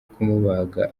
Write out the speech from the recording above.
kumubaga